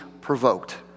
provoked